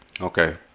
Okay